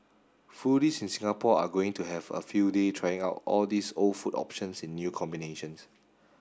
foodies in Singapore are going to have a field day trying out all these old food options in new combinations